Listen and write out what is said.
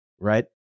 right